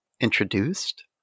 introduced